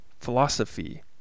philosophy